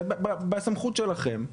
זה בסמכות שלכם,